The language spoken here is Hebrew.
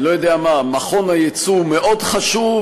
לא יודע מה: מכון היצוא מאוד חשוב,